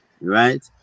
right